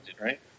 right